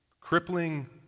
crippling